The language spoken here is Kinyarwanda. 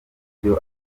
ibyo